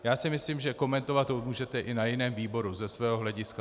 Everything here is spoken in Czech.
Já si myslím, že komentovat to můžete i na jiném výboru ze svého hlediska.